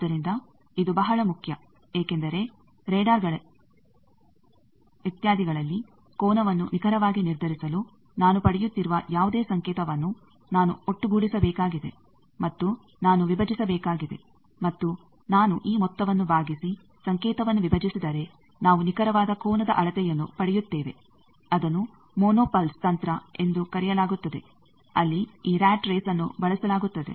ಆದ್ದರಿಂದ ಇದು ಬಹಳ ಮುಖ್ಯ ಏಕೆಂದರೆ ರಾಡರ್ ಇತ್ಯಾದಿಗಳಲ್ಲಿ ಕೋನವನ್ನು ನಿಖರವಾಗಿ ನಿರ್ಧರಿಸಲು ನಾನು ಪಡೆಯುತ್ತಿರುವ ಯಾವುದೇ ಸಂಕೇತವನ್ನು ನಾನು ಒಟ್ಟು ಗೂಡಿಸಬೇಕಾಗಿದೆ ಮತ್ತು ನಾನು ವಿಭಜಿಸಬೇಕಾಗಿದೆ ಮತ್ತು ನಾನು ಈ ಮೊತ್ತವನ್ನು ಭಾಗಿಸಿ ಸಂಕೇತವನ್ನು ವಿಭಜಿಸಿದರೆ ನಾವು ನಿಖರವಾದ ಕೋನದ ಅಳತೆಯನ್ನು ಪಡೆಯುತ್ತೇವೆ ಅದನ್ನು ಮೊನೋ ಪಲ್ಸ್ ತಂತ್ರ ಎಂದೂ ಕರೆಯಲಾಗುತ್ತದೆ ಅಲ್ಲಿ ಈ ರಾಟ್ ರೇಸ್ಅನ್ನು ಬಳಸಲಾಗುತ್ತದೆ